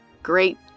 Great